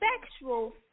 sexual